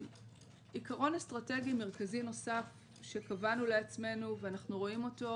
עיקרון אסטרטגי מרכזי נוסף שקבענו לעצמנו ואנחנו רואים אותו